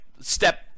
step